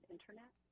Internet